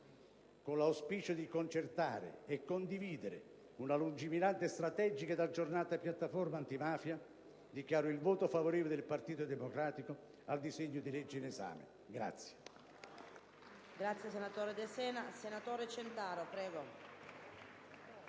Con l'auspicio di concertare e condividere una lungimirante, strategica ed aggiornata piattaforma antimafia, dichiaro il voto favorevole del Gruppo del Partito Democratico al disegno di legge in esame.